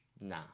nah